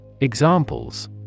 Examples